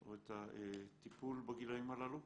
או את הטיפול בגילאים הללו,